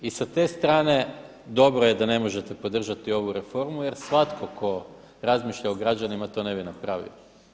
I sa te strane dobro je da ne možete podržati ovu reformu jer svatko tko razmišlja o građanima to ne bi napravio.